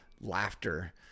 laughter